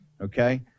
Okay